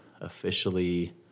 officially